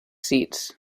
seats